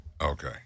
Okay